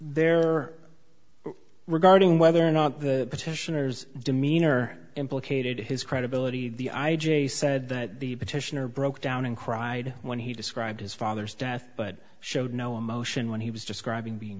there regarding whether or not the petitioners demeanor implicated his credibility the i j a said that the petitioner broke down and cried when he described his father's death but showed no emotion when he was describing being